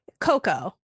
coco